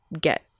get